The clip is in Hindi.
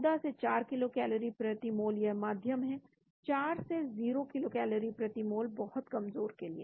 14 से 4 किलो कैलोरी प्रति मोल जब मध्यम है 4 से 0 किलोकैलोरी प्रति मोल बहुत कमजोर के लिए